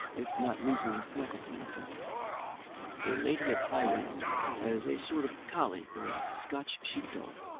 if not reasoning faculty, in a dog a lady of high rank has a sort of colley, or scotch sheep-dog.